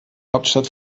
hauptstadt